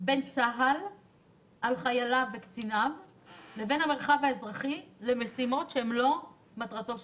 בין צה"ל לבין המרחב האזרחי במשימות אזרחיות.